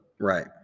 right